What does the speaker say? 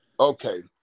Okay